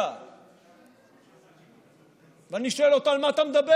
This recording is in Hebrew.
9. ואני שואל אותו: על מה אתה מדבר,